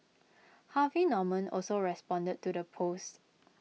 Harvey Norman also responded to the post